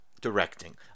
directing